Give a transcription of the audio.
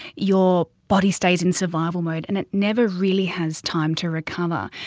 your body stays in survival mode and never really has time to recover.